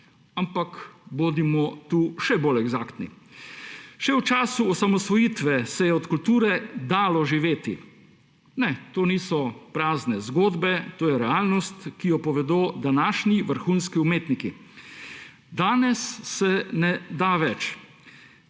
Ampak bodimo tu še bolj eksaktni. Še v času osamosvojitve se je od kulture dalo živeti. Ne, to niso prazne zgodbe, to je realnost, ki jo povedo današnji vrhunski umetniki. Danes se ne da več.